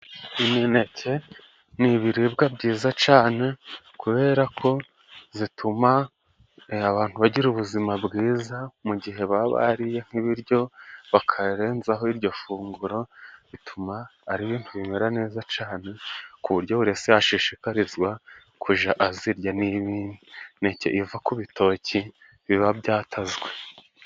Imineke ni ibiribwa byiza cane kubera ko zituma abantu bagira ubuzima bwiza, mu gihe baba bariye nk'ibiryo bakarenzaho iryo funguro, bituma ari ibintu bimera neza cane, ku buryo buri wese yashishikarizwa kujya azirya. Ni imineke iva ku bitoki biba byatazwe.